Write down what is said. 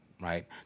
right